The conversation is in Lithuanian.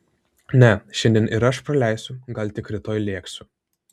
ne šiandien ir aš praleisiu gal tik rytoj lėksiu